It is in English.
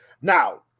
Now